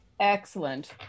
Excellent